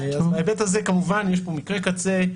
ההיבט הזה כמובן יש כאן מקרה קצה,